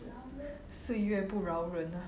岁月不饶人 ah